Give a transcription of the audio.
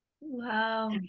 Wow